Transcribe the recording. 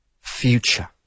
future